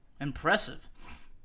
Impressive